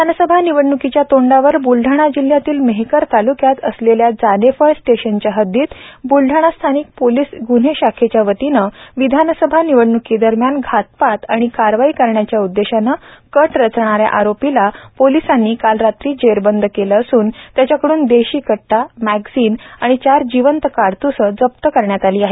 विधानसभा निवडणूकीच्या तोंडावर बुलडाणा जिल्ह्यातील मेहकर तालुक्यात असलेल्या जानेफळ स्टेशनच्या हद्दीत ब्लडाणा स्थानिक पोलीस ग्न्हे शाखेच्या वतीने विधानसभा निवडणूकीदरम्यान घातपात आणि कारवाई करण्याच्या उददेशाने कट रचणाऱ्या आरोपीला पोलिसांनी काल रात्री जेरबंद केले असून त्याच्याकडून देशी कट्टा मॅक्झिन आणि चार जिवंत काडत्स जप्त करण्यात आले आहे